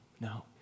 no